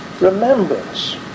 remembrance